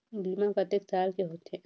बीमा कतेक साल के होथे?